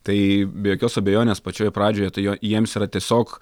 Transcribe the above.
tai be jokios abejonės pačioje pradžioje tai jiems yra tiesiog